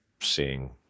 seeing